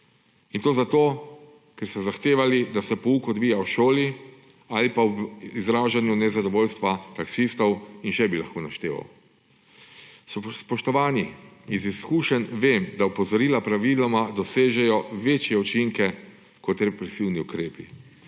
In to zato, ker so zahtevali, da se pouk odvija v šoli, ali pa ob izražanju nezadovoljstva taksistov in še bi lahko našteval. Spoštovani, iz izkušenj vem, da opozorila praviloma dosežejo večje učinke kot represivni ukrepi,